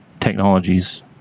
technologies